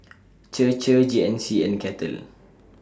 Chir Chir G N C and Kettle